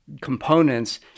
components